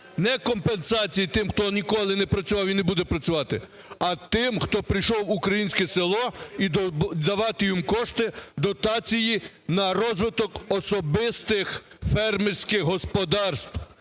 не компенсації тим, хто ніколи не працював і не буде працювати, а тим, хто прийшов в українське село, і давати їм кошти, дотації на розвитку особистих фермерських господарств,